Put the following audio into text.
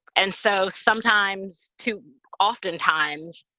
and so sometimes, too often times,